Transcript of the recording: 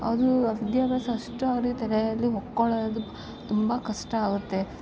ಅದು ಅದು ವಿದ್ಯಾಭ್ಯಾಸ ಅಷ್ಟು ಅವ್ರ ತಲೆಯಲ್ಲಿ ಹೊಕ್ಕೋಳೋದ್ ತುಂಬ ಕಷ್ಟ ಆಗುತ್ತೆ